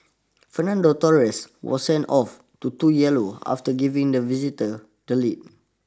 Fernando Torres was sent off to two yellow after giving the visitors the lead